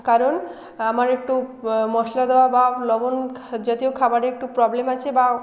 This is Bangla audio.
কারণ আমার একটু মশলা দেওয়া বা লবন খা জাতীয় খাবারে একটু প্রবলেম আছে বা